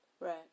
Right